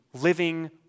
living